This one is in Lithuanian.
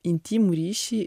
intymų ryšį